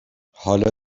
حالا